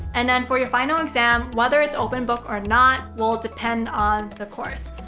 and then for your final exam, whether it's open book or not, will depend on the course.